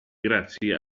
grazie